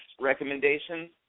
recommendations